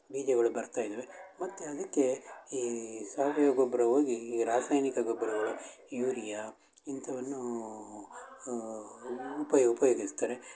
ಬೀಜಗಳು ಬರ್ತಾ ಇದ್ದಾವೆ ಮತ್ತು ಅದಕ್ಕೆ ಈ ಸಾವಯವ ಗೊಬ್ಬರ ಹೋಗಿ ಈ ರಾಸಾಯನಿಕ ಗೊಬ್ಬರಗಳು ಯೂರಿಯಾ ಇಂಥವನ್ನೂ ಉಪಯೊ ಉಪಯೋಗಿಸ್ತಾರೆ